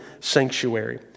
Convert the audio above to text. sanctuary